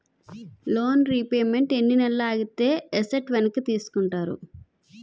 Loan repayment ఎన్ని నెలలు ఆగితే ఎసట్ వెనక్కి తీసుకుంటారు?